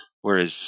whereas